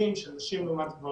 שזה מאגר